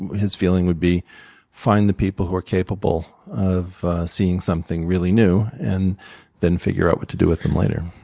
his feeling would be find the people who are capable of seeing something really new, and then figure out what to do with them later.